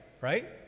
right